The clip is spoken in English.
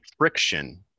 Friction